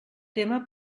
tema